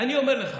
הינה, אני אומר לך,